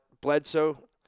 Bledsoe